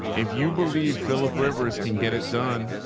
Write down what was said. if you believe philip rivers can get it done.